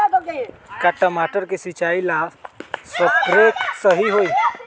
का टमाटर के सिचाई ला सप्रे सही होई?